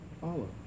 follow